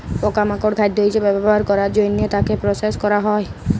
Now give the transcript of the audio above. পকা মাকড় খাদ্য হিসবে ব্যবহার ক্যরের জনহে তাকে প্রসেস ক্যরা হ্যয়ে হয়